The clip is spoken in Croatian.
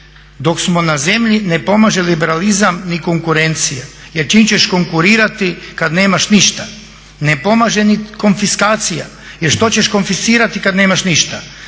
Dok smo na zemlji ne pomaže liberalizam ni konkurencija. Jer s čime ćeš konkurirati kada nemaš ništa. Ne pomaže ni konfiskacija. Jer što ćeš konfiscirati kada nemaš ništa.